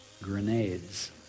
grenades